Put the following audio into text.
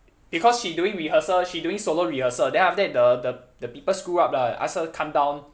because she doing rehearsal she doing solo rehearsal then after that the the the people screw up lah ask her come down